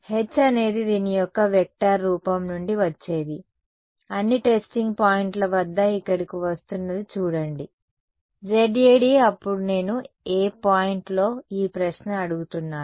H అనేది దీని యొక్క వెక్టార్ రూపం నుండి వచ్చేది అన్ని టెస్టింగ్ పాయింట్ల వద్ద ఇక్కడకు వస్తున్నది చూడండి ZAd అప్పుడు నేను ఏ పాయింట్ లో ఈ ప్రశ్న అడుగుతున్నాను